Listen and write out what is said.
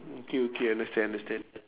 okay okay understand understand